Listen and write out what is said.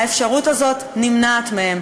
האפשרות הזאת נמנעת מהם.